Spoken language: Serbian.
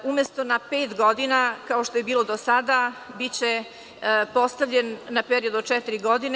Umesto na pet godina, kao što je bilo do sada, biće postavljen na period od četiri godine.